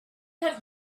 have